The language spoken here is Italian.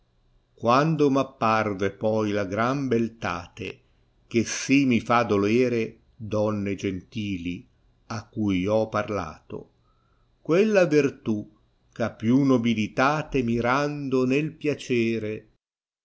quando m apparve poi la gran beliate che si mi fa dolere donne gentili a cui io ho parlato quella vertù che ha più nobilitate mirando nel piacere